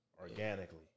organically